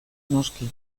noski